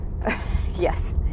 Yes